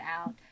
out